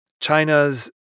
China's